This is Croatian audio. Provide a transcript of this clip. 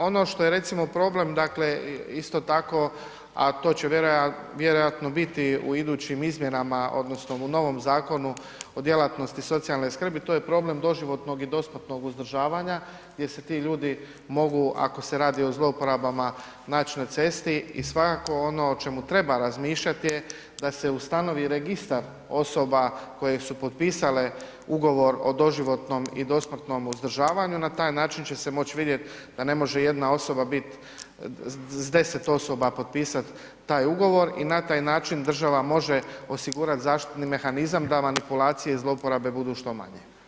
Ono što je recimo problem, dakle isto tako, a to će vjerojatno biti u idućim izmjenama odnosno u novom Zakonu o djelatnosti socijalne skrbi to je problem doživotnog i dosmrtnog uzdržavanja gdje se ti ljudi mogu ako se radi o zlouporabama naći na cesti i svakako ono o čemu treba razmišljati je da se ustanovi registar osoba koje su potpisale ugovor o doživotnom i dosmrtnom uzdržavanju, na taj način će se moći vidjeti da ne može jedna osoba biti, s 10 osoba potpisat taj ugovor i na taj način država može osigurati zaštitni mehanizam da manipulacije i zlouporabe budu što manje.